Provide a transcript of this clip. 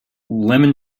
lemon